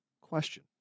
question